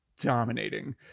dominating